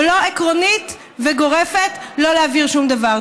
ולא עקרונית וגורפת לא להעביר שום דבר.